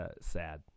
sad